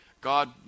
God